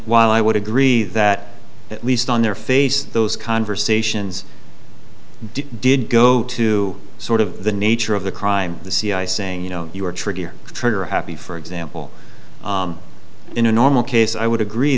while i would agree that at least on their face those conversations did go to sort of the nature of the crime the c i saying you know you are trigger trigger happy for example in a normal case i would agree